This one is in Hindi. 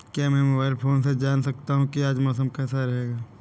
क्या मैं मोबाइल फोन से जान सकता हूँ कि आज मौसम कैसा रहेगा?